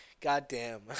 Goddamn